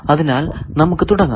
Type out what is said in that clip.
അതിനാൽ നമുക്ക് തുടങ്ങാം